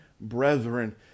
brethren